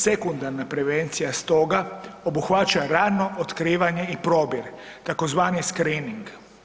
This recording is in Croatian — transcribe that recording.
Sekundarna prevencija stoga obuhvaća rano otkrivanje i probir tzv. screening.